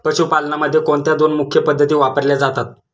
पशुपालनामध्ये कोणत्या दोन मुख्य पद्धती वापरल्या जातात?